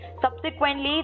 Subsequently